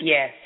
Yes